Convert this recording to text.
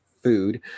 food